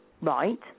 right